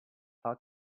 how